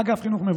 א.